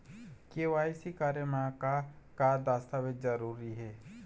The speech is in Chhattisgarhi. के.वाई.सी करे म का का दस्तावेज जरूरी हे?